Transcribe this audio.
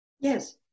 Yes